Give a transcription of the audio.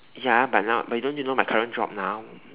ya but now but don't you know my current job now